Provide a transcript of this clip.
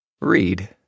read